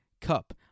Cup